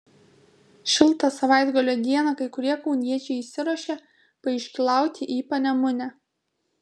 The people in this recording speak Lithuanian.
šiltą savaitgalio dieną kai kurie kauniečiai išsiruošė paiškylauti į panemunę